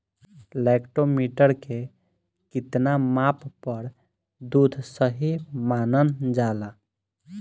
Lactometer के कितना माप पर दुध सही मानन जाला?